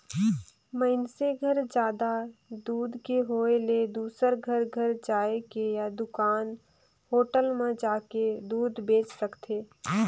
मइनसे घर जादा दूद के होय ले दूसर घर घर जायके या दूकान, होटल म जाके दूद बेंच सकथे